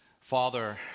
Father